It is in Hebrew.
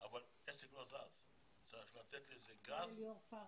אבל הבסיס שלהם, המגורים יהיו בנוף הגליל.